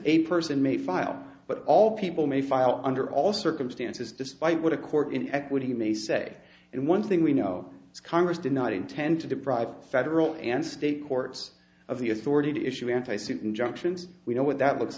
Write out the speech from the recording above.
a person may file but all people may file under all circumstances despite what a court in equity may say and one thing we know is congress did not intend to deprive federal and state courts of the authority to issue anti suit injunctions we know what that looks